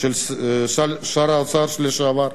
של שר האוצר לשעבר,